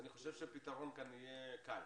אני חושב שהפתרון כאן יהיה קל.